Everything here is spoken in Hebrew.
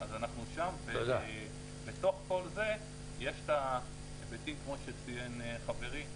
אז אנחנו שם ובתוך כל זה יש את ההיבטים כמו שציין חברי.